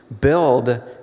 build